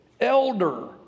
elder